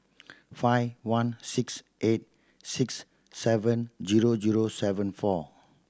five one six eight six seven zero zero seven four